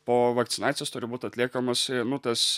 po vakcinacijos turi būt atliekamas nu tas